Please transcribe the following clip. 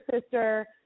sister